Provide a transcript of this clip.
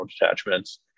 detachments